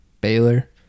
Baylor